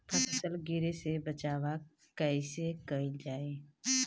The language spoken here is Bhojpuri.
फसल गिरे से बचावा कैईसे कईल जाई?